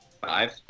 Five